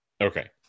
Okay